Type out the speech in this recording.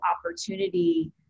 opportunity